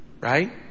Right